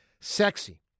Sexy